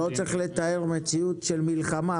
חברים, לא צריך לתאר מציאות של מלחמה.